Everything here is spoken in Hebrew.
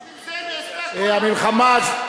בשביל זה נעשתה כל המלחמה.